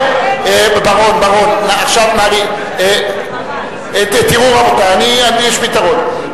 תראו, רבותי, יש פתרון.